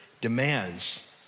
demands